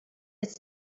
it’s